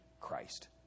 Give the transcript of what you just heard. Christ